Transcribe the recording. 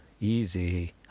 Easy